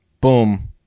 Boom